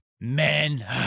Men